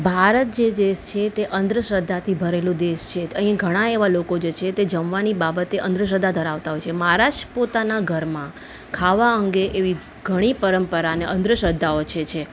ભારત જે દેશ છે તે અંધશ્રદ્ધાથી ભરેલો દેશ છે અહીં ઘણા એવાં લોકો જે છે તે જમવાની બાબતે અંધશ્રદ્ધા ધરાવતા હોય છે મારા જ પોતાના ઘરમાં ખાવા અંગે એવી ઘણી પરંપરા અને અંધશ્રદ્ધાઓ જે છે